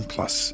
Plus